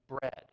bread